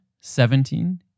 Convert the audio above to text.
seventeen